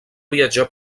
viatjar